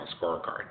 scorecard